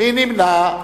מי נמנע?